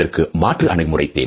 இதற்கு மாற்று அணுகுமுறை தேவை